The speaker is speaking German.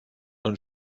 und